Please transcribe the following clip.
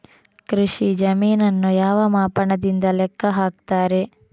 ಕೃಷಿ ಜಮೀನನ್ನು ಯಾವ ಮಾಪನದಿಂದ ಲೆಕ್ಕ ಹಾಕ್ತರೆ?